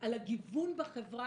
על הגיוון בחברה